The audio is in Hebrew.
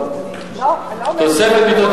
אמרת בראבו.